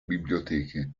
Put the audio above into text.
biblioteche